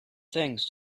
things